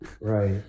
Right